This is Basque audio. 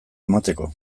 emateko